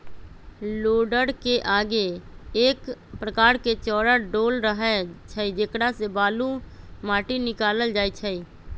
लोडरके आगे एक प्रकार के चौरा डोल रहै छइ जेकरा से बालू, माटि निकालल जाइ छइ